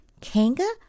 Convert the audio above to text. Kanga